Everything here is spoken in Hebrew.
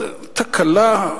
אז תקלה?